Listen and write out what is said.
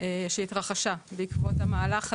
שהתרחשה בעקבות המהלך הזה.